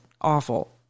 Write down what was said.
awful